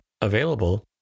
available